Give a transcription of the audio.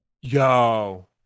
Yo